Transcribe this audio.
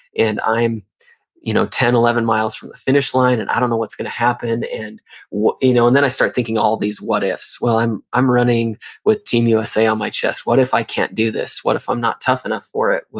and i'm you know ten, eleven miles from the finish line and i don't know what's going to happen, and you know and then i start thinking all these what ifs. well, i'm i'm running with team usa on my chest. what if i can't do this? what if i'm not tough enough for it?